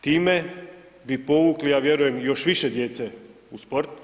Time bi povukli ja vjerujem još više djece u sport.